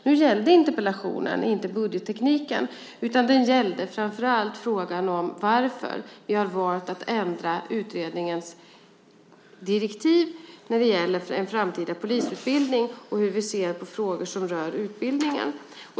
Nu gällde inte interpellationen budgettekniken utan framför allt frågan varför vi har valt att ändra utredningens direktiv när det gäller en framtida polisutbildning och hur vi ser på frågor som rör utbildningen.